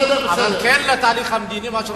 אבל כן לתהליך המדיני.